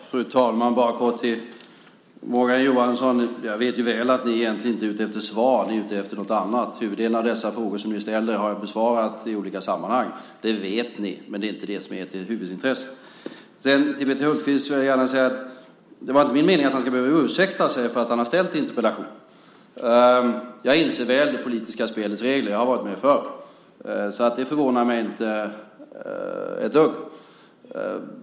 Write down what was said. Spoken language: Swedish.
Fru talman! Jag vill bara kort till Morgan Johansson säga att jag mycket väl vet att ni egentligen inte är ute efter svar. Ni är ute efter något annat. Huvuddelen av de frågor som ni ställer har jag besvarat i olika sammanhang. Det vet ni. Men det är inte det som är ert huvudintresse. Till Peter Hultqvist vill jag gärna säga att det inte var min mening att han ska behöva ursäkta sig för att han har ställt interpellationen. Jag inser väl det politiska spelets regler - jag har varit med förr. Det förvånar mig inte ett dugg.